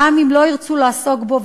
גם אם לא ירצו לעסוק בו,